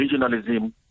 regionalism